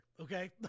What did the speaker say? okay